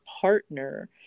partner